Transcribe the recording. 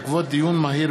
בעקבות דיון מהיר